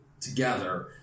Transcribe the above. together